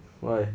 why